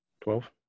Twelve